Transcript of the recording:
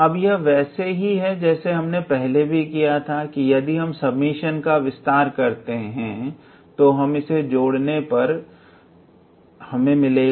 अब यह वैसा ही है जैसा हमने पहले भी किया है यदि हम समेशन का विस्तार करते हैं तो हमें जोड़ने पर 𝑥𝑛−𝑥0 मिलेगा